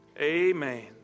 Amen